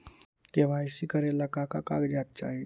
KYC करे ला का का कागजात चाही?